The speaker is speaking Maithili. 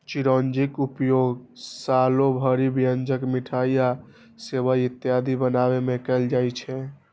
चिरौंजीक उपयोग सालो भरि व्यंजन, मिठाइ आ सेवइ इत्यादि बनाबै मे कैल जाइ छै